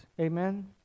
Amen